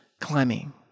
climbing